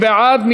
מי בעד?